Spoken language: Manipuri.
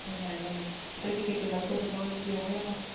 ꯑꯣ ꯌꯥꯏꯌꯦ ꯌꯥꯏꯌꯦ ꯑꯇꯩꯗꯤ ꯀꯩ ꯀꯩ ꯂꯧꯗꯧꯕꯅꯣ ꯌꯦꯡꯉꯣ ꯌꯦꯡꯉꯣ